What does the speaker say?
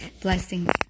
Blessings